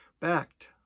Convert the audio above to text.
Backed